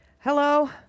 hello